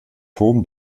toom